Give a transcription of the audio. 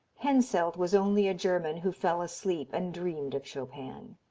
henselt was only a german who fell asleep and dreamed of chopin.